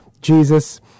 Jesus